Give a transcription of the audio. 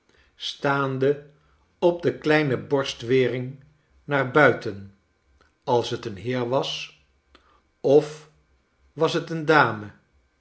staande op de kleine borstwering daar buiten als t een heer was of was het een dame